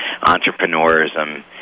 entrepreneurism